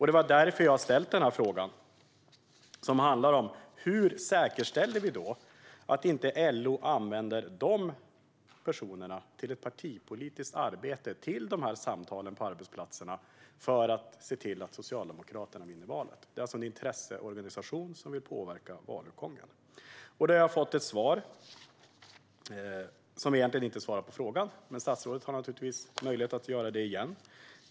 Det var därför jag ställde denna interpellation, som handlar om hur vi säkerställer att LO inte använder dessa personer i partipolitiskt arbete för att genomföra de här samtalen på arbetsplatserna och på så sätt se till att Socialdemokraterna vinner valet. Det här handlar om en intresseorganisation som vill påverka valutgången. Jag har fått ett svar, som egentligen inte svarar på min fråga. Men statsrådet har naturligtvis möjlighet att göra det nu.